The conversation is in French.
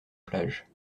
plage